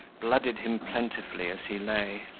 blooded him plentifully as he lay.